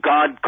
God